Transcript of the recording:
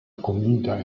comida